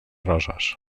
roses